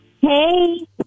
Hey